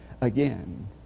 again